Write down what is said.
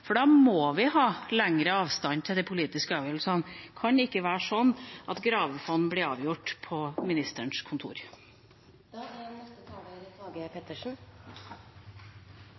for da må vi ha lengre avstand til de politiske avgjørelsene. Det kan ikke være slik at spørsmålet om gravefond blir avgjort på ministerens